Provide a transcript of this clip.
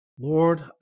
Lord